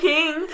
King